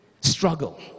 struggle